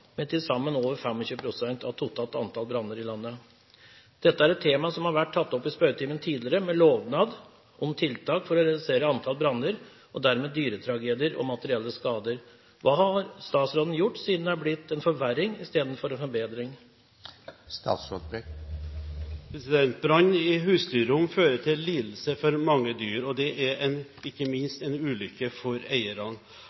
med til sammen over 25 pst. av totalt antall branner i landet. Dette er et tema som har vært tatt opp i spørretimen tidligere, med lovnad om tiltak for å redusere antall branner og dermed dyretragedier og materielle skader. Hva har statsråden gjort siden det har blitt en forverring i stedet for en forbedring?» Brann i husdyrrom fører til lidelse for mange dyr, og det er ikke minst en